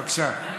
בבקשה.